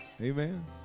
Amen